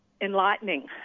enlightening